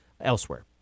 elsewhere